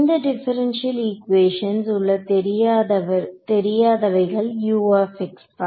இந்த டிபரன்ஷியல் ஈக்குவேசன்ல் உள்ள தெரியாதவைகள் U தான்